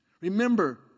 Remember